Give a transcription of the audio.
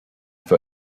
for